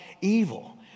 evil